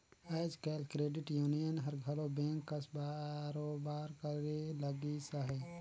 आएज काएल credit union हर घलो बेंक कस कारोबार करे लगिस अहे